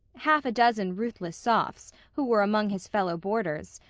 half a dozen ruthless sophs, who were among his fellow-boarders,